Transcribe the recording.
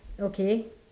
okay